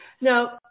Now